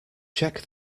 check